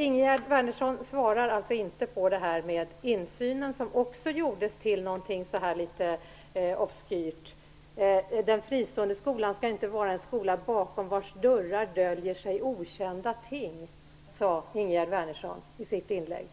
Ingegerd Wärnersson svarade inte på frågan om insyn, som också gjordes till något obskyrt. Den fristående skolan skall inte vara en skola bakom vars dörrar döljer sig okända ting, sade Ingegerd Wärnersson i sitt inlägg.